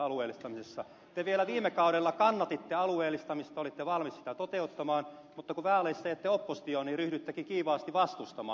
te vielä viime kaudella kannatitte alueellistamista olitte valmis sitä toteuttamaan mutta kun vaaleissa jäitte oppositioon niin ryhdyittekin kiivaasti vastustamaan